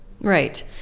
Right